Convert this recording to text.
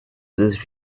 this